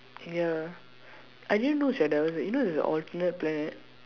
ya I didn't know sia there was a you know there is a alternate planet